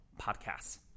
Podcasts